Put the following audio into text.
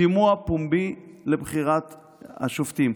בשימוע פומבי לבחירת השופטים.